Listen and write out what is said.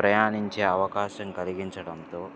ప్రయాణించే అవకాశం కలిగించడంతో